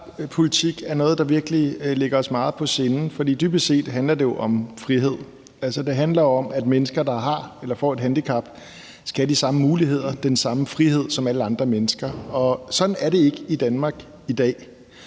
Handicappolitik er noget, der virkelig ligger os meget på sinde, for dybest set handler det jo om frihed. Det handler om, at mennesker, der har eller får et handicap, skal have de samme muligheder og den samme frihed som alle andre mennesker. Sådan er det ikke i Danmark i dag.